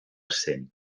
cent